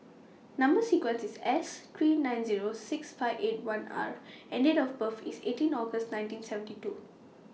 Number sequence IS S three nine Zero six five eight one R and Date of birth IS eighteen August nineteen seventy two